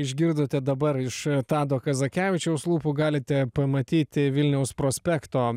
išgirdote dabar iš tado kazakevičiaus lūpų galite pamatyti vilniaus prospekto